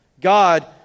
God